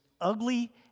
ugly